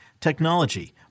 technology